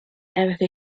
erika